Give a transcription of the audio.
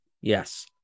Yes